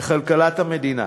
לכלכלת המדינה.